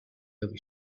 other